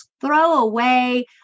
throwaway